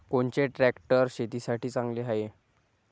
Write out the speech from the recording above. कोनचे ट्रॅक्टर शेतीसाठी चांगले हाये?